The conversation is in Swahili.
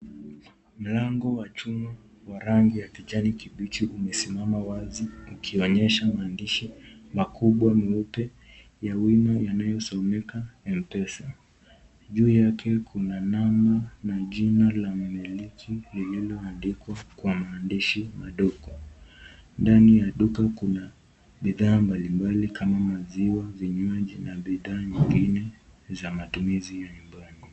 Mlango wa chuma wa rangi ya kijani kibichi umesimama wazi ikionyesha maandishi makubwa meupe ya wima yanayosomeka MPESA. Juu yake kuna namba na jina la mmiliki lililoandikwa kwa maandishi madogo. Ndani ya duka kuna bidhaa mbalimbali kama maziwa, vinywaji na bidhaa nyingine za matumizi ya nyumbani.